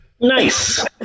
Nice